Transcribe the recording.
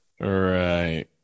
Right